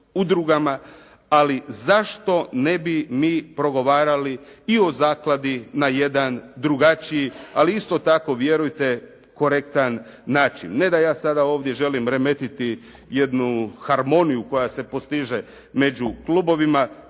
ali zašto ne bi mi progovarali i o zakladi na jedan drugačiji, ali isto tako vjerujte, korektan način? Ne da ja ovdje sada želim remetiti jednu harmoniju koja se postiže među klubovima,